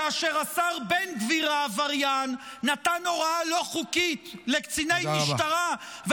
כאשר השר בן גביר העבריין נתן הוראה לא חוקית לקציני משטרה,